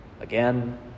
Again